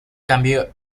cambió